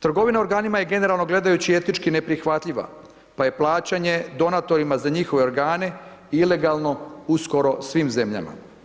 Trgovina organima je generalno gledajući etički neprihvatljiva pa je plaćanje donatorima za njihove organe ilegalno u skoro svim zemljama.